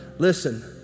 listen